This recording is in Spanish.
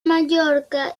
mallorca